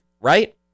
right